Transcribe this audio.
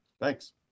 Thanks